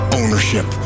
ownership